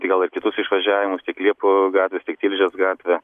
tai gal ir kitus išvažiavimus tiek liepų gatvės tiek tilžės gatvė